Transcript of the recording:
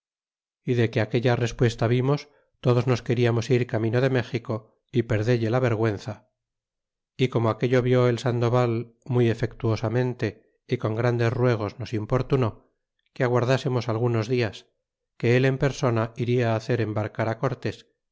y de que aquella respuesta vimos todos nos queriamos ir camino de méxico perdelle la vergüenza y como aquello vió el sandoval muy efectuosamente y con grandes ruegos nos importunó que aguardasemos algunos dias que al en persona iria hacer embarcar cortés